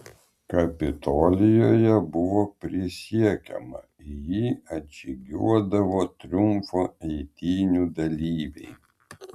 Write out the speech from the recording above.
kapitolijuje buvo prisiekiama į jį atžygiuodavo triumfo eitynių dalyviai